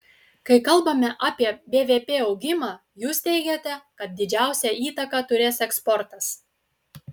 kai kalbame apie bvp augimą jūs teigiate kad didžiausią įtaką turės eksportas